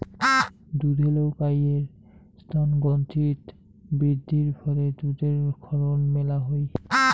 দুধেল গাইের স্তনগ্রন্থিত বৃদ্ধির ফলে দুধের ক্ষরণ মেলা হই